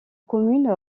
commune